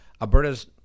Alberta's